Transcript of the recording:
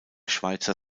schweizer